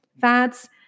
fats